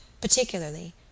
particularly—